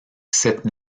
cette